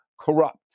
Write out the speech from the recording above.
corrupt